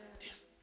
Yes